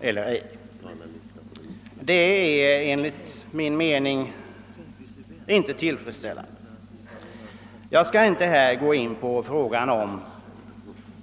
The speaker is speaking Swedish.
eller inte. Detta är enligt min mening inte tillfredsställande. po Jag skall nu inte gå in på frågan om